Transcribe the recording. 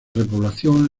repoblación